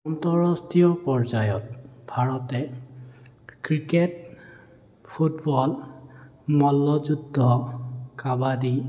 আন্তঃৰাষ্ট্ৰীয় পৰ্য্য়ায়ত ভাৰতে ক্ৰিকেট ফুটবল মল্লযুদ্ধ কাবাডী